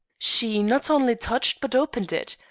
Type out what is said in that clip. she not only touched but opened it.